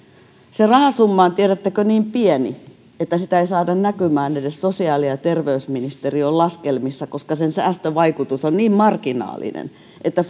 se rahasumma on tiedättekö niin pieni että sitä ei saada näkymään edes sosiaali ja terveysministeriön laskelmissa koska sen säästövaikutus on niin marginaalinen että